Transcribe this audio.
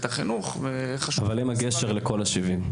החינוך --- אבל הם הגשר לכל ה-70,000.